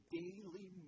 daily